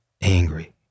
angry